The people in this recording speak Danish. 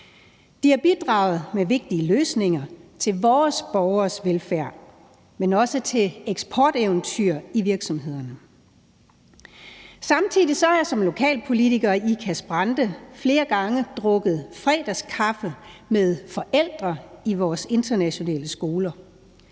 De har bidraget med vigtige løsninger til vores borgeres velfærd, men også til eksporteventyr i virksomhederne. Samtidig har jeg som lokalpolitiker i Ikast-Brande Kommune flere gange drukket fredagskaffe med forældre i vores internationale skoler.